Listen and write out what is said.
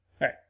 right